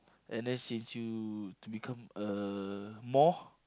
N_S change you to become a more